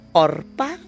orpa